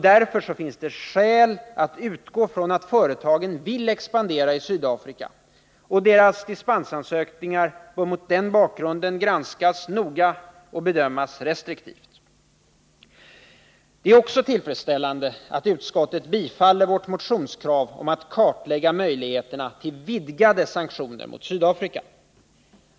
Det finns därför skäl att utgå från att företagen vill expandera i Sydafrika, och deras dispensansökningar bör mot den bakgrunden granskas noga och bedömas restriktivt. Det är också tillfredsställande att utskottet tillstyrker vårt motionskrav om att kartlägga möjligheterna till vidgade sanktioner mot Sydafrika.